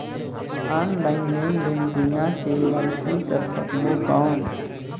Online लेनदेन बिना KYC कर सकबो कौन??